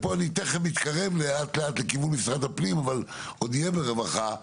ופה אני תכף מתקרב לאט לכיוון משרד הפנים אבל עוד נהיה ברווחה,